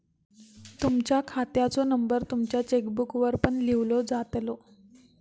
तुमच्या खात्याचो नंबर तुमच्या चेकबुकवर पण लिव्हलो जातलो